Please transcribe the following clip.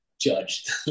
judged